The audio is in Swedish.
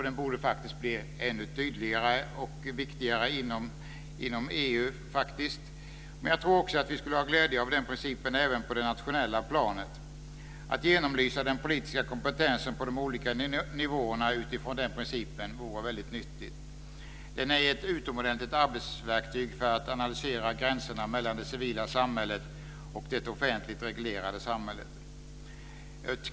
Den borde bli ännu tydligare och viktigare inom EU. Jag tror vi skulle ha glädje av den principen även på det nationella planet. Att genomlysa den politiska kompetensen på de olika nivåerna utifrån den principen vore väldigt nyttigt. Den är ett utomordentligt arbetsverktyg för att analysera gränserna mellan det civila samhället och det offentligt reglerade samhället.